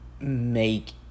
make